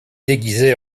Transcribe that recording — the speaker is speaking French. déguisée